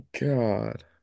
God